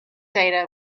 data